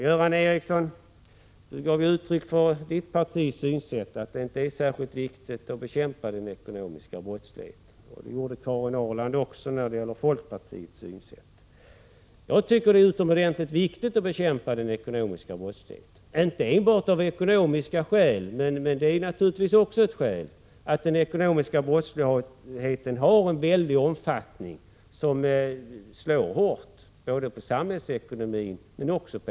Göran Ericsson gav uttryck för sitt partis synsätt, att det inte är särskilt viktigt att bekämpa den ekonomiska brottsligheten, och det gjorde också Karin Ahrland för folkpartiets del. Jag tycker att det är utomordentligt viktigt att bekämpa den ekonomiska brottsligheten och då inte enbart av ekonomiska skäl. Det är naturligtvis ett skäl att den ekonomiska brottsligheten har en väldig omfattning och slår hårt mot samhällsekonomin.